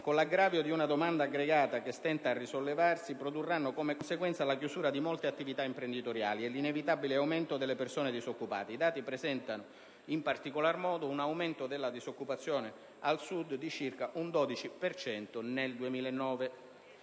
con l'aggravio di una domanda aggregata che stenta a risollevarsi, produrranno come conseguenza la chiusura di molte attività imprenditoriali e l'inevitabile aumento delle persone disoccupate. I dati presentano in particolar modo un aumento della disoccupazione al Sud di circa un 12 per cento